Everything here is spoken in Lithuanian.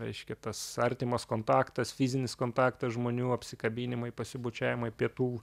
reiškia tas artimas kontaktas fizinis kontaktas žmonių apsikabinimai pasibučiavimai pietų